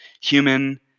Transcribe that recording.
human